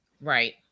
right